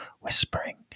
whispering